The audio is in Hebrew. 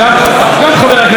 שהיה אז במטה הכללי,